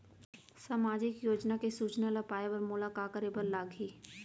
सामाजिक योजना के सूचना ल पाए बर मोला का करे बर लागही?